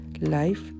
Life